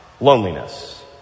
loneliness